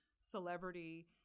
celebrity